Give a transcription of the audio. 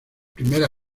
primera